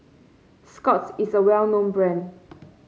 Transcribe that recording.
Scott's is a well known brand